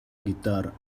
guitar